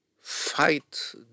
fight